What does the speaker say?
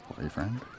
Boyfriend